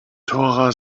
dora